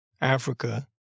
Africa